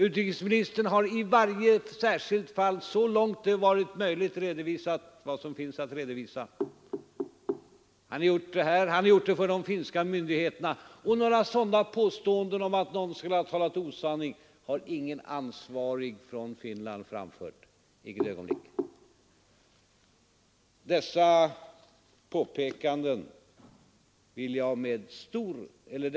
Utrikesministern har i varje särskilt fall så långt det varit möjligt redovisat vad som finns att redovisa. Han har gjort det här, han har gjort det för de finska myndigheterna. Några påståenden om att någon skulle ha talat osanning har ingen ansvarig från Finland framfört — icke ett ögonblick.